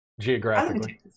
geographically